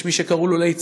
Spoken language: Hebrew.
יש מי שקראו לו ליצן,